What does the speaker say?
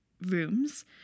rooms